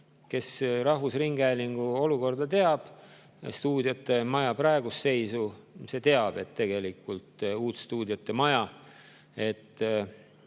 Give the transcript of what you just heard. Kes rahvusringhäälingu olukorda ja stuudiotemaja praegust seisu [on näinud], see teab, et tegelikult uut stuudiotemaja, et